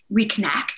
reconnect